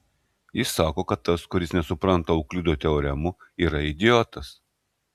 jis sako kad tas kuris nesupranta euklido teoremų yra idiotas